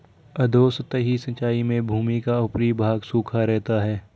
अधोसतही सिंचाई में भूमि का ऊपरी भाग सूखा रहता है